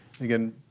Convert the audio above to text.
again